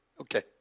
Okay